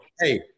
hey